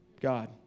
God